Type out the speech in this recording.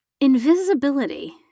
Invisibility